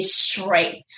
straight